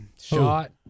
Shot